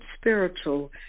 spiritual